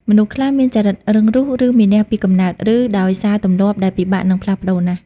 មនុស្សខ្លះមានចរិតរឹងរូស ឬមានះពីកំណើត ឬដោយសារទម្លាប់ដែលពិបាកនឹងផ្លាស់ប្តូរណាស់។